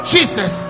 Jesus